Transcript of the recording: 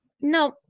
no